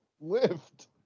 lift